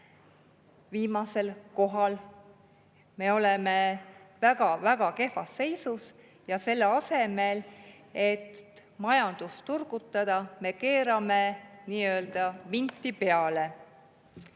viimasel kohal, me oleme väga kehvas seisus. Aga selle asemel, et majandust turgutada, me keerame vinti peale.